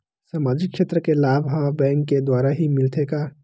सामाजिक क्षेत्र के लाभ हा बैंक के द्वारा ही मिलथे का?